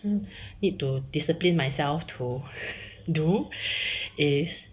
um need to discipline myself to do is